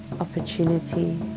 opportunity